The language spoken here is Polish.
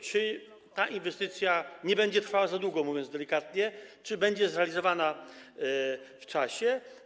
Czy ta inwestycja będzie trwała za długo, mówiąc delikatnie, czy będzie zrealizowana w czasie?